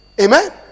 Amen